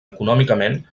econòmicament